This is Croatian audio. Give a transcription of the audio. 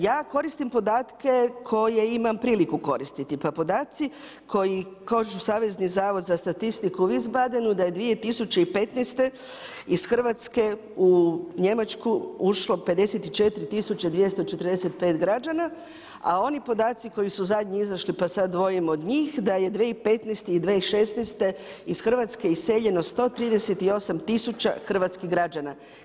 Ja koristim podatke koje imam priliku koristiti, pa podaci koji kaže Savezni zavod za statistiku, … da je 2015. iz Hrvatske u Njemačku ušlo 54 245 građana, a oni podaci koji su zadnji izašli pa sad dvojim od njih da je 2015. i 2016. iz Hrvatske iseljeno 138 tisuća hrvatskih građana.